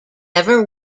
never